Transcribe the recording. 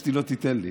אשתי לא תיתן לי.